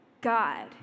God